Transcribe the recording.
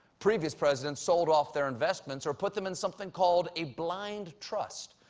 previous presidents sold off their investments or put them in something called a blind trust,